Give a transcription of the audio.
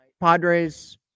Padres